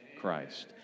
Christ